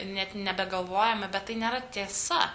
net nebegalvojame bet tai nėra tiesa